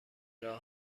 راه